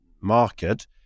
market